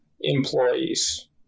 employees